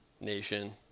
nation